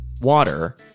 water